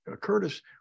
Curtis